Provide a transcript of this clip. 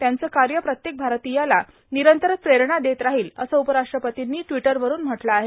त्यांचं कार्य प्रत्येक भारतीयाला निरंतर प्रेरणा देत राहील असं उपराष्ट्रपतीनी ट्विटरवरून म्हटलं आहे